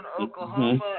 Oklahoma